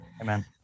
Amen